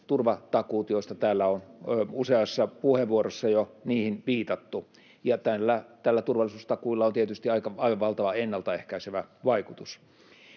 turvatakuut, joihin täällä on useassa puheenvuorossa jo viitattu. Turvallisuustakuilla on tietysti aivan valtava ennaltaehkäisevä vaikutus.